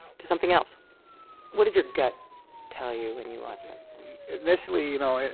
to something else what did your gut tell you when you watched that? initially, you know, and